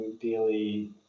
daily